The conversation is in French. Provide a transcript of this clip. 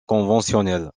conventionnel